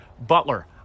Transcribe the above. Butler